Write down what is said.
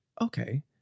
okay